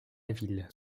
ville